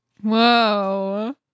Whoa